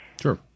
Sure